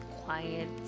quiet